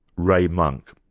ray monk.